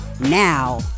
now